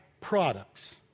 products